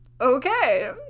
okay